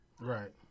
Right